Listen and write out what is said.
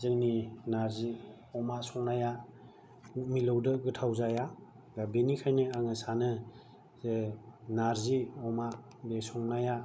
जोंनि नार्जि अमा संनाया मिलौदो गोथाव जाया दा बेनिखायनो आङो सानो जे नार्जि अमा बे संनाया